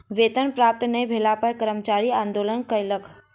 वेतन प्राप्त नै भेला पर कर्मचारी आंदोलन कयलक